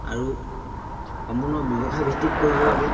আৰু সম্পূৰ্ণ ব্যৱসায় ভিত্তিত কৰিব লাগে